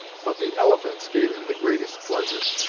but the elephants gave him the greatest pleasure.